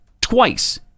twice